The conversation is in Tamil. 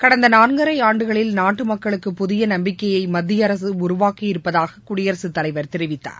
கடந்த நான்கரை ஆண்டுகளில் நாட்டு மக்களுக்கு புதிய நம்பிக்கையை மத்திய அரசு உருவாக்கியிருப்பதாக குடியரசுத் தலைவர் தெரிவித்தார்